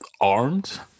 armed